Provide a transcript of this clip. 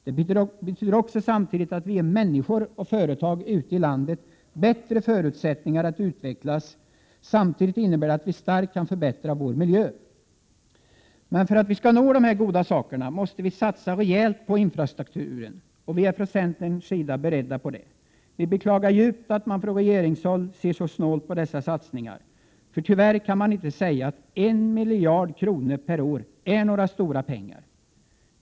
Det betyder att vi också ger både människor och företag ute i landet bättre förutsättningar att utvecklas. Samtidigt innebär detta att vi starkt kan förbättra vår miljö. Men för att vi skall kunna förverkliga dessa goda saker måste vi satsa rejält på infrastrukturen. Vi i centern är beredda att göra detta. Vi beklagar djupt att man från regeringshåll ser så snålt på dessa satsningar. Tyvärr kan man inte säga att 1 miljard per år är stora pengar.